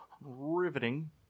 Riveting